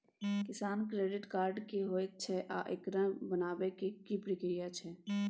किसान credit card की होयत छै आ एकरा बनाबै के की प्रक्रिया छै?